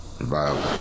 viable